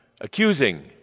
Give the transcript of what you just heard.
Accusing